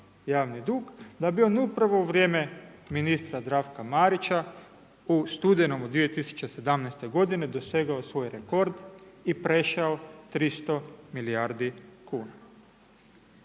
javni dug, da bi on upravo u vrijeme ministra Zdravka Marića u studenome 2017. godine dosegao svoj rekord i prešao 300 milijardi kuna.